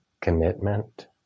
commitment